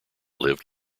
lived